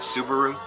Subaru